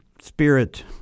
spirit